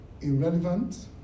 irrelevant